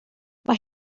mae